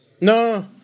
No